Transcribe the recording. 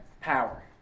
power